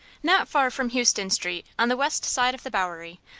not far from houston street, on the west side of the bowery,